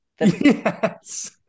Yes